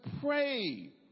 pray